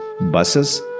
buses